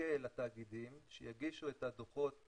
ונחכה לתאגידים שיגישו את דוחות